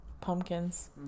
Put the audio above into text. pumpkins